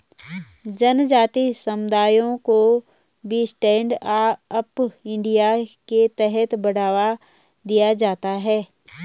जनजाति समुदायों को भी स्टैण्ड अप इंडिया के तहत बढ़ावा दिया जाता है